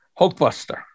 Hulkbuster